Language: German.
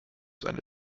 seine